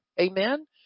Amen